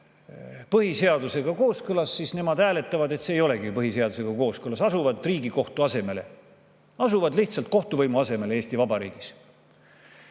põhiseadusega kooskõlas, siis nemad hääletavad, et see ei olegi põhiseadusega kooskõlas, asuvad Riigikohtu asemele, asuvad lihtsalt kohtuvõimu asemele Eesti Vabariigis.